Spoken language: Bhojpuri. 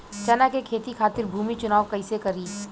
चना के खेती खातिर भूमी चुनाव कईसे करी?